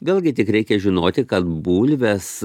vėlgi tik reikia žinoti kad bulvės